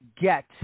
get